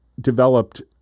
developed